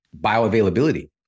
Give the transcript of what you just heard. bioavailability